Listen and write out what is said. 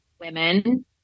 women